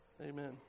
Amen